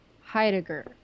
Heidegger